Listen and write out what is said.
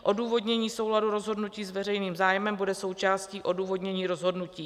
Odůvodnění souladu rozhodnutí s veřejným zájmem bude součástí odůvodnění rozhodnutí.